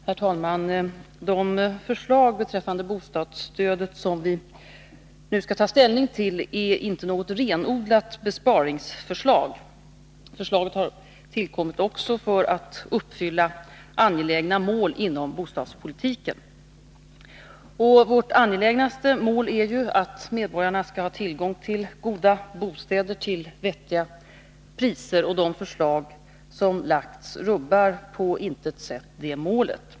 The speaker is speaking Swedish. Herr talman! De förslag beträffande bostadsstödet som vi nu skall ta ställning till är inte några renodlade besparingsförslag. Förslagen har tillkommit också för att uppfylla angelägna mål inom bostadspolitiken. Vårt angelägnaste mål är ju att medborgarna skall ha tillgång till goda bostäder till vettiga priser. De förslag som lagts fram rubbar på intet sätt det målet.